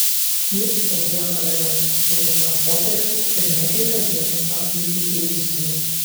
jis sėdėjo tolėliau žiūrinėjo popierius ir nekreipė dėmesio į įėjusįjį